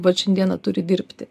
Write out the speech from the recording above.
vat šiandieną turi dirbti